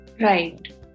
Right